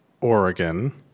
Oregon